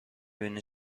بینی